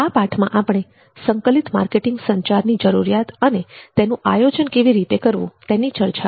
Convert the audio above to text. આ પાઠમાં આપણે સંકલિત માર્કેટિંગ સંચારની જરૂરિયાત અને તેનું આયોજન કેવી રીતે કરવું જોઈએ તેની ચર્ચા કરી